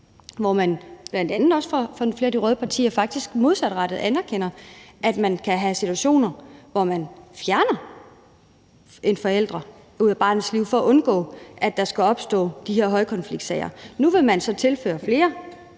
hvor man bl.a. også fra flere af de røde partiers side faktisk modsatrettet anerkender, at man kan have situationer, hvor man fjerner en forælder fra barnets liv for at undgå, at der skal opstå de her højkonfliktsager. Nu vil man så tilføre flere